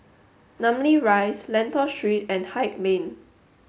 namly Rise Lentor Street and Haig Lane